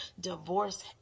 divorce